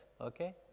Okay